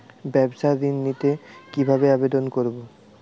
ব্যাবসা ঋণ নিতে কিভাবে আবেদন করব?